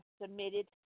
submitted